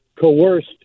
coerced